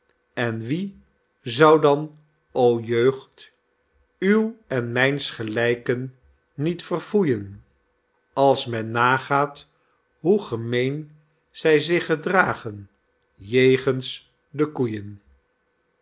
en wie zou dan o jeugd uw en mijns gelijken niet verfoeien als men nagaat hoe gemeen zy zich gedragen jegens de koeien